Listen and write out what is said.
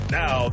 now